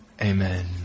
Amen